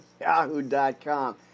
yahoo.com